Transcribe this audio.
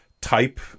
type